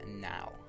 now